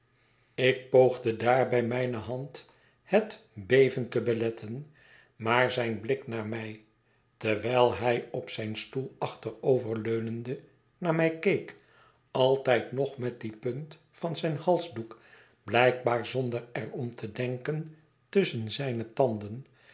ik poogde daarbij mijne hand het beven te beletten maar zijn blik naar mij terwijl hij op zijn stoel achteroverleunende naar mij keek altijd nog met die punt van zijn halsdoek blijkbaar zonder er om te denken tusschen zijne tanden